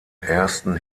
ersten